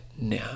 now